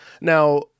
Now